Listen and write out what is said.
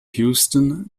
houston